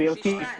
גברתי,